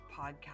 Podcast